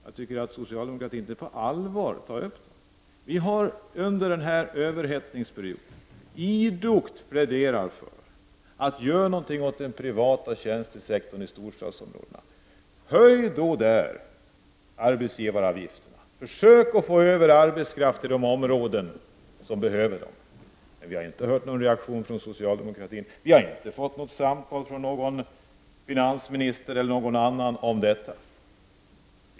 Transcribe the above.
Jag tycker inte att socialdemokraterna på allvar tar itu med dessa. Vi har under den här överhettningsperioden idogt pläderat för att något måste göras åt den privata tjänstesektorn i storstadsområdena. Höj arbetsgivaravgifterna i storstäderna och försök att få arbetskraft till de områden som behöver sådan. Men vi har inte hört någon reaktion från socialdemokratin. Vi har inte fått något samtal från finansministern eller någon annan om detta.